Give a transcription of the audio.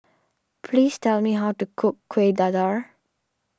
please tell me how to cook Kuih Dadar